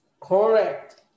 Correct